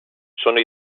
sono